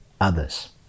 others